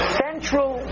central